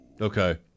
Okay